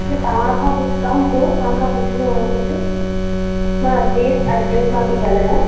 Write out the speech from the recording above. मूंखे तव्हां खां कुझु कमु हुओ तव्हां खां पुछिणो हुओ कुझु मां अजमेर अजमेर मां पेई ॻाल्हाया